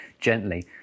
gently